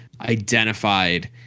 identified